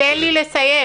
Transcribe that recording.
תן לי לסיים.